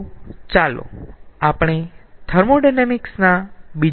તો ચાલો આપણે થર્મોોડાયનેમિક્સ ના બીજા નિયમ પર જઈયે